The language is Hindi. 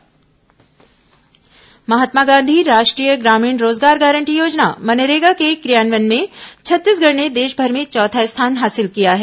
मनरेगा परस्कार महात्मा गांधी राष्ट्रीय ग्रामीण रोजगार गारंटी योजना मनरेगा के क्रियान्वयन में छत्तीसगढ़ ने देशमर में चौथा स्थान हासिल किया है